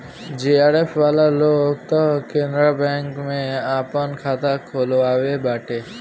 JRF वाला लोग तअ केनरा बैंक में आपन खाता खोलववले बाटे